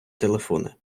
телефони